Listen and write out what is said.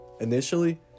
Initially